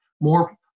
more